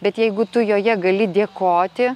bet jeigu tu joje gali dėkoti